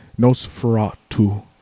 Nosferatu